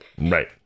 Right